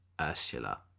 Ursula